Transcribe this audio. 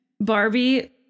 barbie